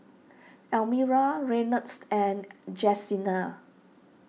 Almira Reynolds and Jesenia